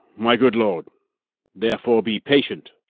my good lord therefore be patient.